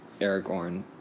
Aragorn